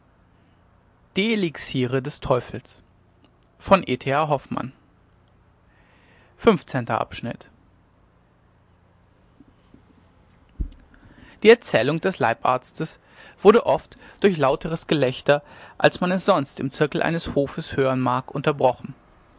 die erzählung des leibarztes wurde oft durch lauteres gelächter als man es wohl sonst im zirkel eines hofes hören mag unterbrochen